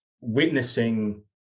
witnessing